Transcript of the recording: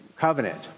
covenant